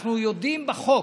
אנחנו יודעים בחוק,